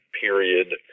period